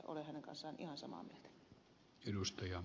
olen hänen kanssaan ihan samaa mieltä